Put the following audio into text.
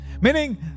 Meaning